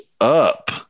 up